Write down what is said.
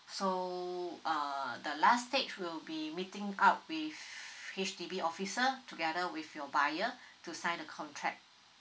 so uh the last stage will be meeting up with H_D_B officer together with your buyer to sign the contract